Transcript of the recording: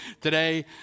today